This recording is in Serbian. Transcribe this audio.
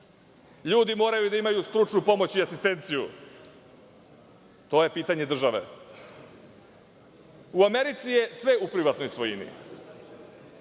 Ljudi moraju da imaju stručnu pomoć i asistenciju. To je pitanje države.U Americi je sve u privatnoj svojini.